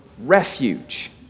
refuge